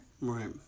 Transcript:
Right